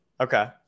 Okay